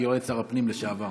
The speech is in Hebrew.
כיועץ שר הפנים לשעבר.